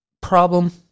problem